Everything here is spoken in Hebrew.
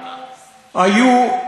היו הרוגים,